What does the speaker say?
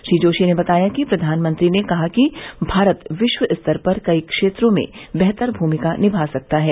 श्री जोशी ने बताया कि प्रधानमंत्री ने कहा कि भारत विश्व स्तर पर कई क्षेत्रों में बेहतर भूमिका निभा सकता है